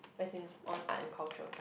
as in on art and culture